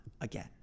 again